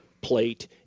plate